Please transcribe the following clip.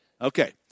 Okay